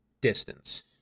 distance